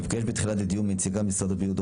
נבקש מנציגת משרד הבריאות,